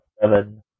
seven